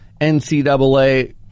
NCAA